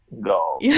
go